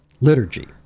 liturgy